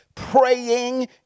Praying